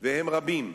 והם רבים,